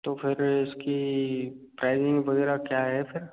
तो फिर इसकी टाइमिंग वग़ैरह क्या है फिर